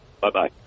Bye-bye